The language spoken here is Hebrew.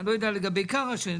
ככה.